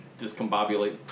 Discombobulate